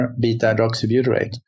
beta-hydroxybutyrate